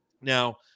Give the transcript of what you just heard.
Now